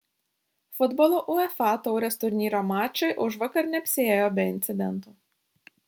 futbolo uefa taurės turnyro mačai užvakar neapsiėjo be incidentų